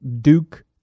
Duke